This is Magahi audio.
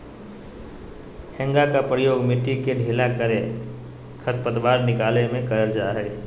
हेंगा के प्रयोग मिट्टी के ढीला करे, खरपतवार निकाले में करल जा हइ